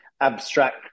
abstract